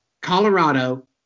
Colorado